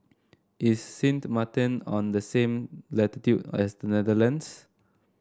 is Sint Maarten on the same latitude as the Netherlands